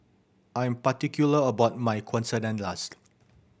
I am particular about my Quesadillas